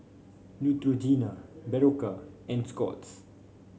Neutrogena Berocca and Scott's